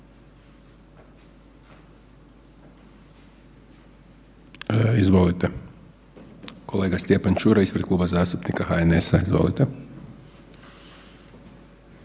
Izvolite kolega Stjepan Čuraj ispred Kluba zastupnika HNS-a, izvolite.